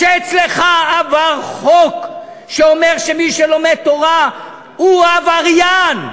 שאצלך עבר חוק שאומר שמי שלומד תורה הוא עבריין?